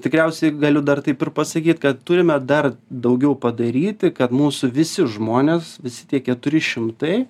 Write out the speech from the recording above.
tikriausiai galiu dar taip ir pasakyt kad turime dar daugiau padaryti kad mūsų visi žmonės visi tie keturi šimtai